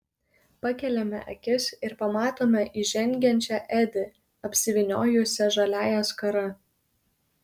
pakeliame akis ir pamatome įžengiančią edi apsivyniojusią žaliąją skarą